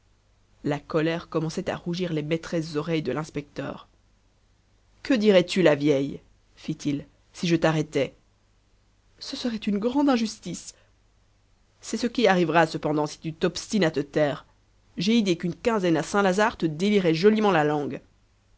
la colère commençait à rougir les maîtresses oreilles de l'inspecteur que dirais-tu la vieille fit-il si je t'arrêtais ce serait une grande injustice c'est ce qui arrivera cependant si tu t'obstines à te taire j'ai idée qu'une quinzaine à saint-lazare te délierait joliment la langue